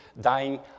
dying